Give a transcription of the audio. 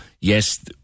Yes